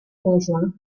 conjoint